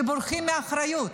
שבורחים מאחריות.